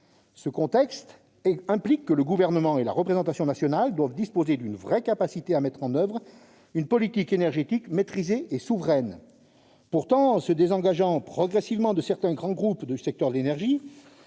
Ce contexte implique pour le Gouvernement et la représentation nationale de disposer d'une vraie capacité à mettre en oeuvre une politique énergétique maîtrisée et souveraine. Pourtant, en se désengageant progressivement de certains grands groupes du secteur de l'énergie,